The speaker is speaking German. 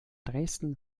dresden